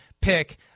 pick